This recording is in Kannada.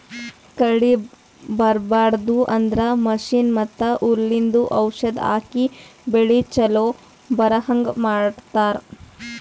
ಕಳಿ ಬರ್ಬಾಡದು ಅಂದ್ರ ಮಷೀನ್ ಮತ್ತ್ ಹುಲ್ಲಿಂದು ಔಷಧ್ ಹಾಕಿ ಬೆಳಿ ಚೊಲೋ ಬರಹಂಗ್ ಮಾಡತ್ತರ್